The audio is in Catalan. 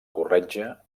corretja